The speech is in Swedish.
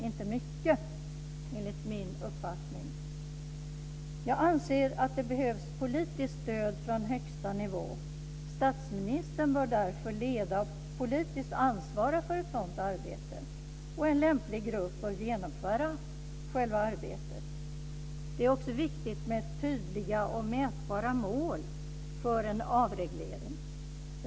Inte mycket, enligt min uppfattning. Jag anser att det behövs politiskt stöd från högsta nivå. Statsministern bör därför leda och politiskt ansvara för ett sådant arbete, och en lämplig grupp bör genomföra själva arbetet. Det är också viktigt med tydliga och mätbara mål för en avreglering.